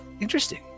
Interesting